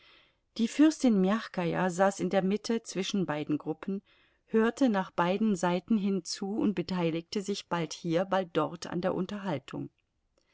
die fürstin mjachkaja saß in der mitte zwischen beiden gruppen hörte nach beiden seiten hin zu und beteiligte sich bald hier bald dort an der unterhaltung